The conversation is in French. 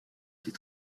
ses